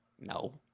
No